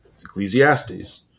Ecclesiastes